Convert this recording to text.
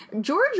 George